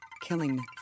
killing